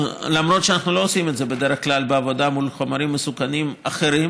למרות שאנחנו לא עושים את זה בדרך כלל בעבודה מול חומרים מסוכנים אחרים,